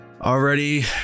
already